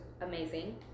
amazing